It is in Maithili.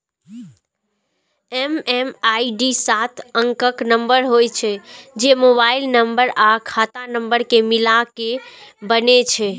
एम.एम.आई.डी सात अंकक नंबर होइ छै, जे मोबाइल नंबर आ खाता नंबर कें मिलाके बनै छै